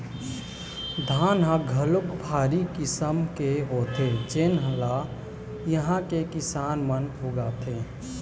धान ह घलोक भारी किसम के होथे जेन ल इहां के किसान मन उगाथे